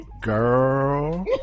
girl